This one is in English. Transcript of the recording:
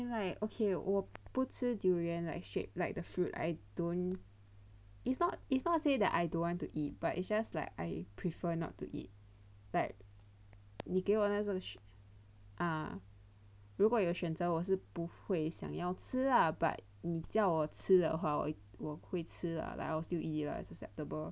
eh as in like ok 我不吃 durian like like the fruit right I don't it's not say that I don't want to eat but it's just that I prefer not to eat like 你给我那时候如果有选择我是不会想要吃 lah but 你叫我吃的话我会吃 lah like I will still eat it lah it's acceptable